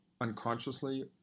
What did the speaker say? unconsciously